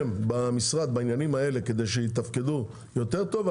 במשרד בימים האלה כדי שיתפקדו יותר טוב,